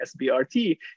SBRT